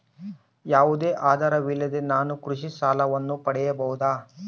ಯಾವುದೇ ಆಧಾರವಿಲ್ಲದೆ ನಾನು ಕೃಷಿ ಸಾಲವನ್ನು ಪಡೆಯಬಹುದಾ?